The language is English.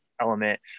element